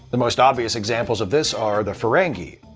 the most obvious examples of this are the ferengi.